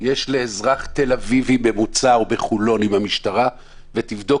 יש לאזרח תל אביבי ממוצע או בחולון עם המשטרה ותבדוק